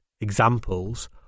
examples